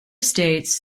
states